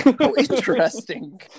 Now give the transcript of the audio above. Interesting